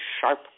sharp